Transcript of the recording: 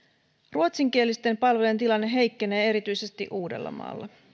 ruotsinkielisten palvelujen tilanne heikkenee erityisesti uudellamaalla